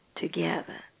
together